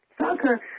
soccer